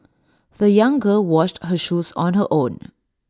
the young girl washed her shoes on her own